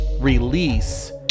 release